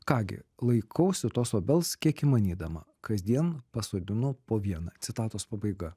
ką gi laikausi tos obels kiek įmanydama kasdien pasodinu po vieną citatos pabaiga